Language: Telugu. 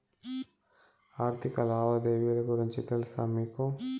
ఆర్థిక లావాదేవీల గురించి తెలుసా మీకు